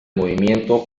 movimiento